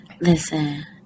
Listen